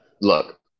Look